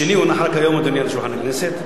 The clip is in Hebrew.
השני הונח רק היום על שולחן הכנסת.